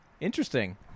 Interesting